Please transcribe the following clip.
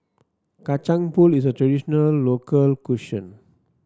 Kacang Pool is a traditional local cuisine